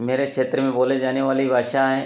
मेरे क्षेत्र में बोले जाने वाली भाषा है